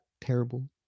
terrible